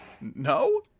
No